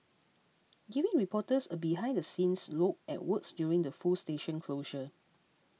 giving reporters a behind the scenes look at works during the full station closure